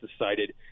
decided